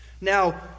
Now